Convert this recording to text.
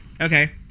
Okay